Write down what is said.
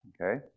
Okay